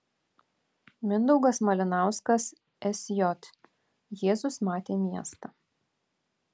mindaugas malinauskas sj jėzus matė miestą